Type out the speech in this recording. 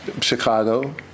Chicago